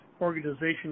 organization